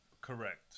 Correct